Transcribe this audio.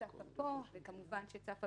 הוצגה פה וגם הוצגה